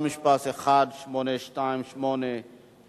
פעם נוספת, אדוני כבוד